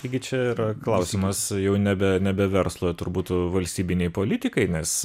taigi čia yra klausimas jau nebe nebe verslo turbūt valstybinei politikai nes